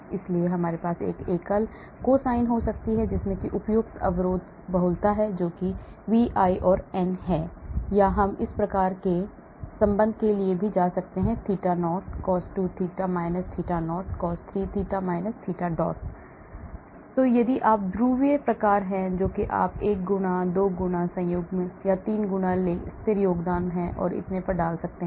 इसलिए हमारे पास एक एकल कोसाइन हो सकती है जिसमें उपयुक्त अवरोध बहुलता है जो कि Vi और n है या हम इन प्रकार के संबंध के लिए भी जा सकते हैं theta naught cos 2 theta theta naught cos 3 theta theta dot तो यदि आप द्विध्रुवीय प्रकार है जो आप 1 गुना 2 गुना संयुग्मन 3 गुना स्थिर योगदान और इतने पर डाल सकते हैं